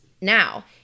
Now